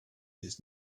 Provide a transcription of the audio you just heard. his